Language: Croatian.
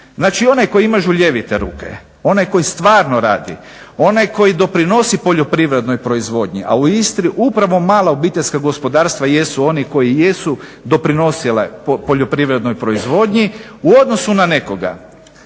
Znači, onaj koji ima žuljevite ruke, onaj koji stvarno radi, onaj koji doprinosi poljoprivrednoj proizvodnji, a u Istri upravo mala obiteljska gospodarstva jesu oni koji jesu doprinosile poljoprivrednoj proizvodnji u odnosu na nekoga